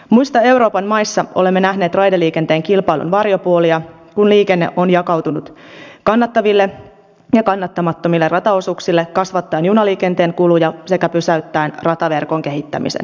muissa euroopan maissa olemme nähneet raideliikenteen kilpailun varjopuolia kun liikenne on jakautunut kannattaville ja kannattamattomille rataosuuksille kasvattaen junaliikenteen kuluja sekä pysäyttäen rataverkon kehittämisen